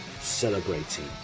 celebrating